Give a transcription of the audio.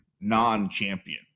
non-champion